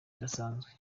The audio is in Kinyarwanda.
idasanzwe